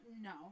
No